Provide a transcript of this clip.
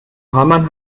hamann